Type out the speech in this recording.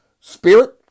spirit